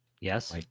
Yes